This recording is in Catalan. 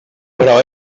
però